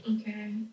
okay